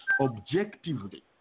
objectively